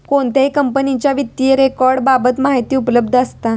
कोणत्याही कंपनीच्या वित्तीय रेकॉर्ड बाबत माहिती उपलब्ध असता